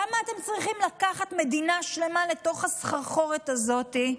למה אתם צריכים לקחת מדינה שלמה לתוך הסחרחורת הזאת?